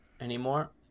anymore